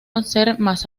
masacrados